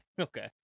okay